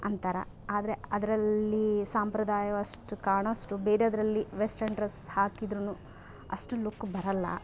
ಅಂತಾರೆ ಆದರೆ ಅದರಲ್ಲಿ ಸಂಪ್ರದಾಯಷ್ಟು ಕಾಣಷ್ಟು ಬೇರೆದ್ರಲ್ಲಿ ವೆಸ್ಟರ್ನ್ ಡ್ರಸ್ ಹಾಕಿದ್ದರೂ ಅಷ್ಟು ಲುಕ್ ಬರಲ್ಲ